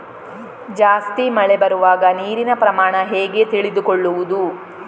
ಜಾಸ್ತಿ ಮಳೆ ಬರುವಾಗ ನೀರಿನ ಪ್ರಮಾಣ ಹೇಗೆ ತಿಳಿದುಕೊಳ್ಳುವುದು?